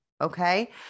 Okay